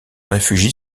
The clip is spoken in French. réfugie